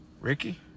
Ricky